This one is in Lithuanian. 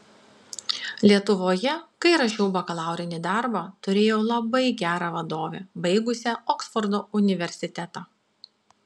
lietuvoje kai rašiau bakalaurinį darbą turėjau labai gerą vadovę baigusią oksfordo universitetą